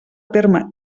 terme